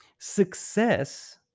Success